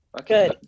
Okay